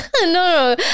no